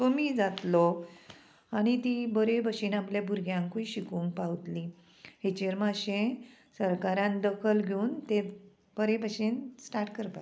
कमी जातलो आनी ती बरे भशेन आपल्या भुरग्यांकूय शिकोंक पावतली हेचेर मातशें सरकारान दखल घेवन ते बरे भशेन स्टार्ट करपाक